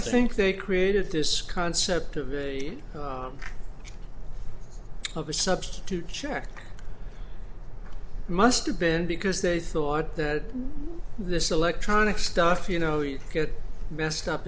you think they created this concept of a of a substitute check must have been because they thought that this electronic stuff you know you get messed up